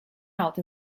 out